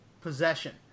Possession